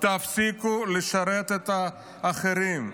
-- תפסיקו לשרת את האחרים.